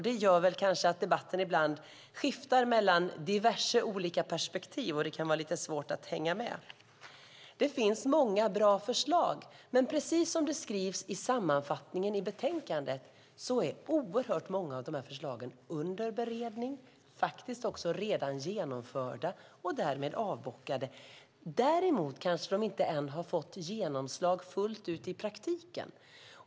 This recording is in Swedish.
Det gör att debatten ibland skiftar mellan diverse olika perspektiv och att det kan vara lite svårt att hänga med. Det finns många bra förslag, men precis som beskrivs i sammanfattningen i betänkandet är oerhört många av förslagen under beredning eller redan genomförda och därmed avbockade. Däremot kanske de inte ännu har fått genomslag fullt ut i praktiken.